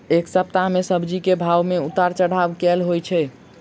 एक सप्ताह मे सब्जी केँ भाव मे उतार चढ़ाब केल होइ छै?